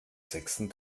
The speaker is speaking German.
sechsten